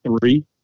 three